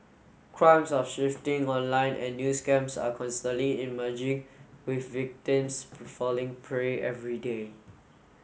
crimes are shifting online and new scams are constantly emerging with victims falling prey every day